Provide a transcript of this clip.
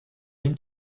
den